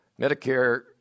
Medicare